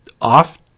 off